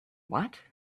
what